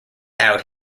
out